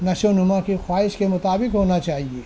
نشوونما کی خواہش کے مطابق ہونا چاہیے